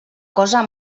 cosa